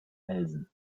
nelson